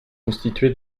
constituée